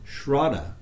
Shraddha